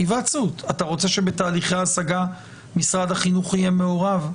אתה רוצה שבתהליכי ההשגה משרד החינוך יהיה מעורב,